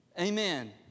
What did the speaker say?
Amen